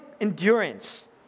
endurance